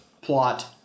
plot